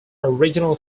original